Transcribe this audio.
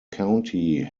county